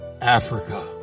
Africa